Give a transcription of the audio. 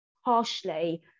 harshly